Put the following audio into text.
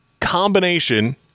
combination